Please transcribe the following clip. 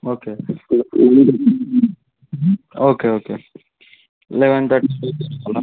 okay ఈ రోజు okay okay eleven thirty రావాలా